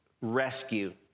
rescue